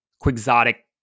quixotic